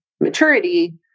maturity